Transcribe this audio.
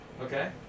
Okay